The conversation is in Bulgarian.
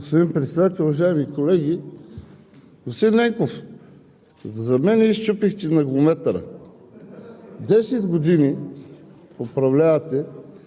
Господин Председател, уважаеми колеги! Господин Ненков, за мен Вие счупихте „наглометъра“. Десет години управлявате,